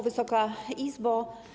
Wysoka Izbo!